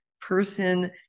person